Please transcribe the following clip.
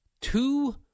two